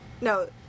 no